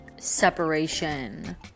separation